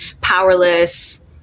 powerless